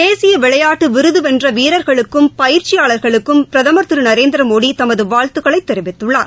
தேசிய விளையாட்டு விருது வென்ற வீரர்களுக்கும் பயிற்சியாளர்களுக்கும் பிரதமர் கிரு நரேந்திரமோடி தமது வாழ்த்துக்களைத் தெரிவித்துள்ளார்